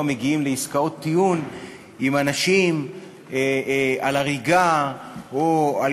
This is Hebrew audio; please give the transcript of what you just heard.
מגיעים לעסקאות טיעון עם אנשים על הריגה או על